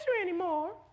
anymore